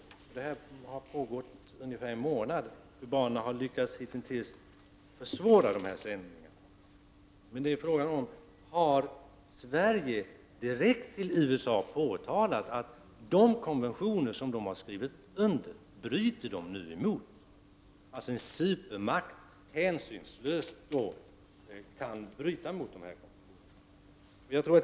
Denna verksamhet har ju pågått ungefär en månad, och kubanerna har hitintills lyckats försvåra dessa sändningar. Frågan är nu om Sverige direkt till USA har påtalat att man bryter mot de konventioner man har skrivit under. En supermakt bryter alltså här hänsynslöst mot dessa konventioner.